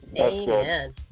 Amen